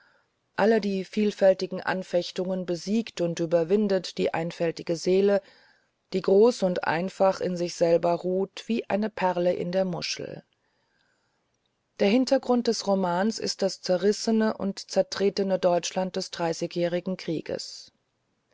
alle die vielfältigen anfechtungen besiegt und überwindet die einfältige seele die groß und einfach in sich selber ruht wie eine perle in der muschel der hintergrund des romans ist das zerrissene und zertretene deutschland des dreißigjährigen krieges